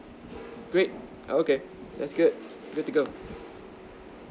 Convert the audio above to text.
great okay that's good good to go